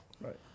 Right